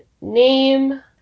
name